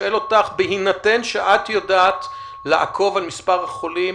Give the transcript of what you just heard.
בהינתן שאת יודעת לעקוב על מספר החולים